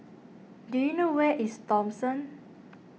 do you know where is Thomson